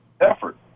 effort